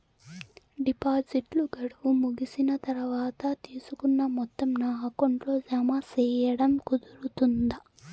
డిపాజిట్లు గడువు ముగిసిన తర్వాత, తీసుకున్న మొత్తం నా అకౌంట్ లో జామ సేయడం కుదురుతుందా?